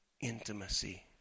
Intimacy